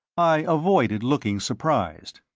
i avoided looking surprised.